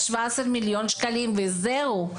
17 מיליון שקלים וזהו.